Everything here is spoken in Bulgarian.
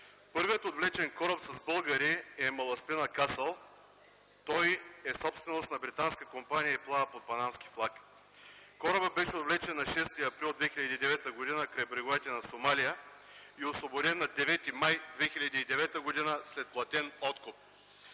Първият отвлечен кораб с българи е „Маластина Касъл”. Той е собственост на британска компания и плава под панамски флаг. Корабът беше отвлечен на 6 април 2009 г. край бреговете на Сомалия и е освободен на 9 май 2009 г. след платен откуп.